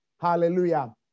Hallelujah